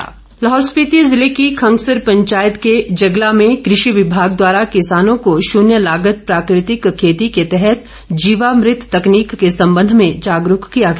प्राकृतिक रवेती लाहौल स्पिति जिले की खंगसर पंचायत के जगला में कृषि विभाग द्वारा किसानों को शून्य लागत प्राकृतिक खेती के तहत जीवामृत तकनीक के संबंध में जागरूक किया गया